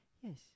Yes